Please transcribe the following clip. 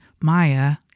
Maya